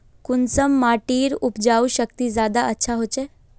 कुंसम माटिर उपजाऊ शक्ति ज्यादा अच्छा होचए?